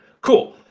Cool